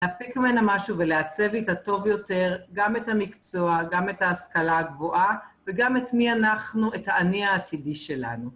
להפיק ממנה משהו ולעצב איתה טוב יותר גם את המקצוע, גם את ההשכלה הגבוהה וגם את מי אנחנו, את האני העתידי שלנו.